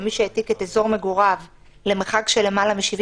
למי שהעתיק את מקום מגוריו למרחק של למעלה מ-70